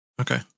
Okay